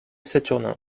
saturnin